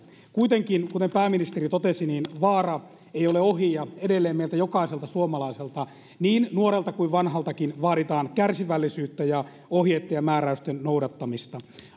kuitenkaan kuten pääministeri totesi vaara ei ole ohi ja edelleen meiltä jokaiselta suomalaiselta niin nuorelta kuin vanhaltakin vaaditaan kärsivällisyyttä ja ohjeitten ja määräysten noudattamista